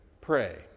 pray